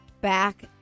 back